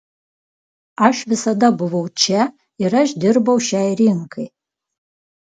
aš visada buvau čia ir aš dirbau šiai rinkai